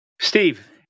Steve